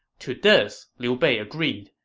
to this, liu bei agreed,